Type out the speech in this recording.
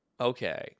okay